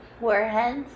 warheads